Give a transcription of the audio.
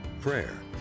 prayer